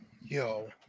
yo